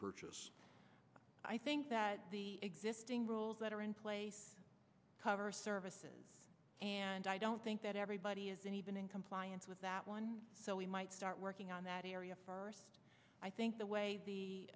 purchase i think that the existing rules that are in place cover services and i don't think that everybody is in even in compliance with that one so we might start working on that i think the way the